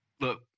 Look